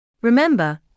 Remember